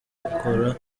bakora